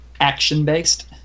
action-based